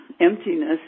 emptiness